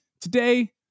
today